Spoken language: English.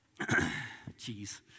Jeez